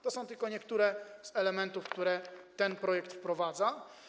To są tylko niektóre z elementów, które ten projekt wprowadza.